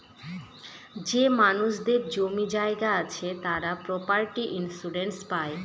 যে মানুষদের জমি জায়গা আছে তারা প্রপার্টি ইন্সুরেন্স পাই